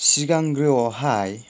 सिगांग्रोआवहाय